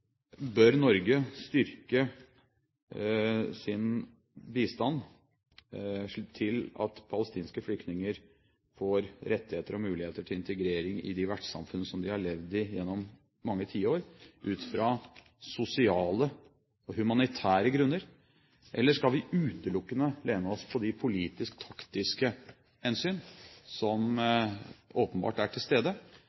bør Norge styrke sin bistand, slik at palestinske flyktninger får rettigheter og muligheter til integrering i de vertssamfunn som de har levd i gjennom mange tiår, ut fra sosiale og humanitære grunner? Eller skal vi utelukkende lene oss på de politisk-taktiske hensyn som